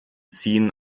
ziehen